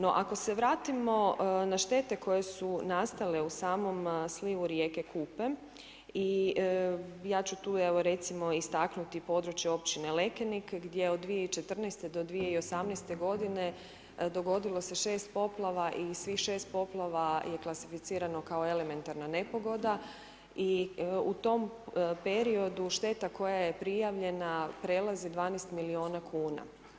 No, ako se vratimo na štete koje su nastale u samom slivu rijeke Kupe i ja ću tu evo recimo istaknuti područje općine Lekenik gdje od 2014. do 2018. godine dogodilo se 6 poplava i svih 6 poplava je klasificirano kao elementarna nepogoda i u tom periodu šteta koja je prijavljena prelazi 12 miliona kuna.